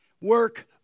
work